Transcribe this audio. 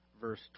verse